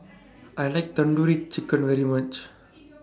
I like Tandoori Chicken very much